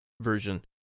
version